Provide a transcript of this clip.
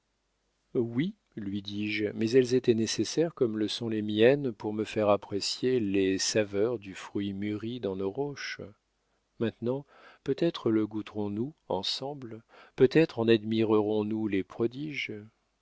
oui lui dis-je mais elles étaient nécessaires comme le sont les miennes pour me faire apprécier les saveurs du fruit mûri dans nos roches maintenant peut-être le goûterons nous ensemble peut-être en admirerons nous les prodiges